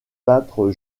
peintre